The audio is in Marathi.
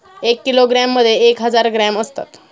एक किलोग्रॅममध्ये एक हजार ग्रॅम असतात